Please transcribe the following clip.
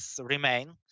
remain